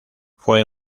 fue